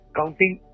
counting